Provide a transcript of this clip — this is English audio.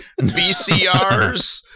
VCRs